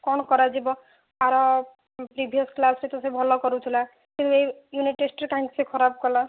କ'ଣ କରାଯିବ ତା'ର ପ୍ରିଭିୟସ୍ କ୍ଲାସ୍ ରେ ତ ସେ ଭଲ କରୁଥିଲା କିନ୍ତୁ ଏଇ ୟୁନିଟ୍ ଟେଷ୍ଟ୍ ରେ କାହିଁକି ସେ ଖରାପ୍ କଲା